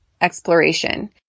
exploration